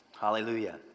Hallelujah